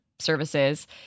services